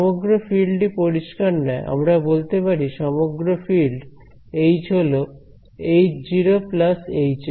সমগ্র ফিল্ড টি পরিষ্কার নয় আমরা বলতে পারি সমগ্র ফিল্ড H হল H0 Hs